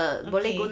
okay